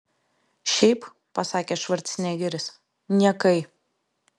šiaip pasakė švarcnegeris niekai